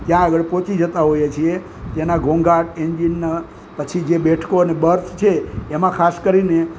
ત્યાં આગળ પહોંચી જતાં હોઈએ છીએ તેના ઘોંઘાટ એન્જિનના પછી બેઠકોની બર્થ છે એમ ખાસ કરીને